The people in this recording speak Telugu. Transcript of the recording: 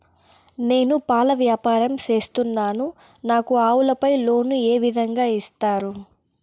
నేను పాల వ్యాపారం సేస్తున్నాను, నాకు ఆవులపై లోను ఏ విధంగా ఇస్తారు